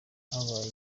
habaye